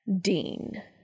Dean